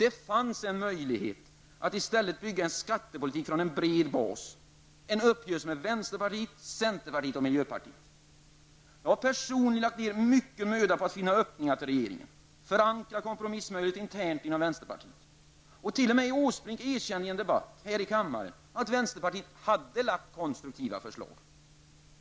Det fanns en möjlighet att i stället bygga en skattepolitik från en bred bas -- en uppgörelse med vänsterpartiet, centerpartiet och miljöpartiet. Jag har personligen lagt ner mycken möda på att finna öppningar till regeringen och förankra kompromissmöjligheter internt inom vänsterpartiet. T.o.m. Åsbrink erkände i en debatt här i kammaren att vänsterpartiet har lagt fram konstruktiva förslag.